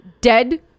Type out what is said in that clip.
dead